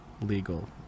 legal